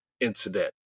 incident